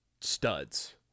studs